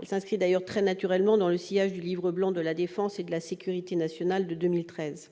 Elle s'inscrit d'ailleurs très naturellement dans le sillage du Livre blanc sur la défense et la sécurité nationale de 2013.